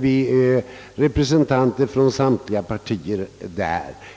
vi representanter från alla partier i dessa.